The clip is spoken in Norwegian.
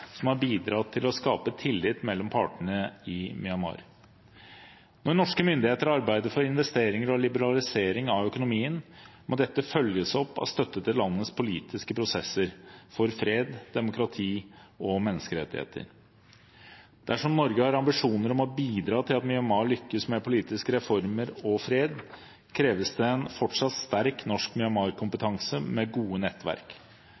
som har bidratt til å skape tillit mellom partene i Myanmar. Mens norske myndigheter arbeider for investeringer og liberalisering av økonomien, må dette følges opp av støtte til landets politiske prosesser for fred, demokrati og menneskerettigheter. Dersom Norge har ambisjoner om å bidra til at Myanmar lykkes med politiske reformer og fred, kreves det en fortsatt sterk norsk Myanmar-kompetanse med gode nettverk.